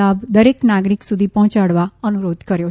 લાભો દરેક નાગરિક સુધી પહોયાડવા અનુરોધ કર્યો છે